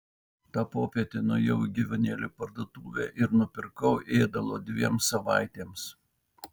tą popietę nuėjau į gyvūnėlių parduotuvę ir nupirkau ėdalo dviem savaitėms